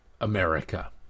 America